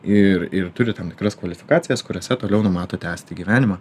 ir ir turi tam tikras kvalifikacijas kuriose toliau numato tęsti gyvenimą